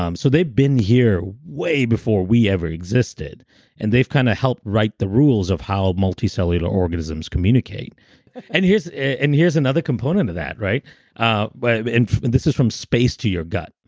um so they've been here way before we ever existed and they've kind of helped write the rules of how multicellular organisms communicate and here's and here's another component of that, um but and this is from space to your gut.